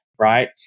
right